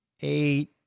eight